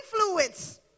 influence